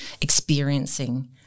experiencing